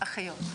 אחיות.